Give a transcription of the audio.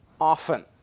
often